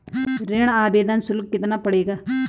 ऋण आवेदन शुल्क कितना पड़ेगा?